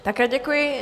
Také děkuji.